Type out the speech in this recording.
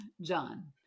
John